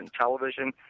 television